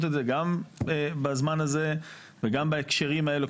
את זה גם בזמן הזה וגם בהקשרים האלה.